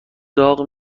داغ